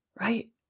right